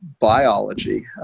biology